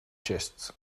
chests